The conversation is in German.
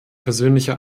persönlicher